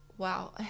wow